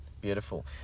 Beautiful